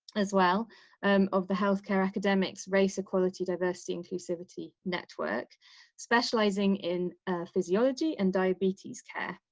as well um of the healthcare academics, race, equality, diversity, inclusivity, network specializing in physiology and diabetes care,